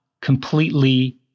completely